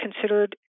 considered